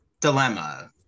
dilemma